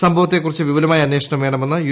സംഭവത്തെക്കുറിച്ച് വിപുലമായ അന്വേഷണം വേണമെന്ന് യു